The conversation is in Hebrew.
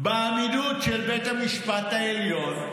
באמינות של בית המשפט העליון,